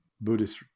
Buddhist